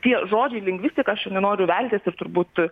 tie žodžiai lingvistika aš nenoriu veltis ir turbūt